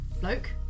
bloke